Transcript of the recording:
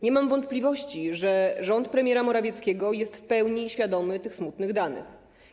Nie mam wątpliwości, że rząd premiera Morawieckiego jest w pełni świadomy tych smutnych danych.